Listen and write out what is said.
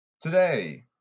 Today